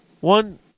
one